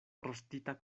rostita